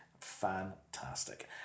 fantastic